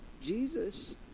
Jesus